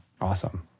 Awesome